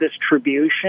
distribution